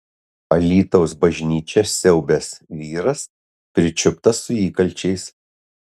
alytaus bažnyčią siaubęs vyras pričiuptas su įkalčiais